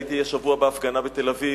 הייתי השבוע בהפגנה בתל-אביב,